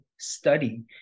study